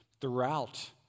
throughout